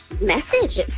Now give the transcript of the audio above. message